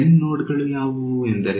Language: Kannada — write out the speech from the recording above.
N ನೋಡ್ ಗಳು ಯಾವುವು ಎಂದರೆ ಈ